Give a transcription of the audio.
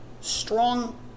strong